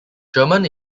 german